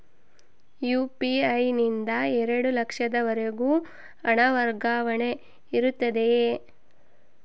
UPI ನಿಂದ ಎರಡು ಲಕ್ಷದವರೆಗೂ ಹಣ ವರ್ಗಾವಣೆ ಇರುತ್ತದೆಯೇ?